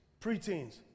preteens